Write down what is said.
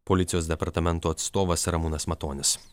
policijos departamento atstovas ramūnas matonis